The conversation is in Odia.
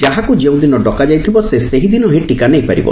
ଯାହାକୁ ଯେଉଁଦିନ ଡକାଯାଇଥିବ ସେ ସେହି ଦିନହିଁ ଟିକା ନେଇପାରିବ